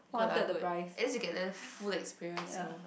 good la good at least you can learn full experience you know